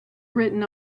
written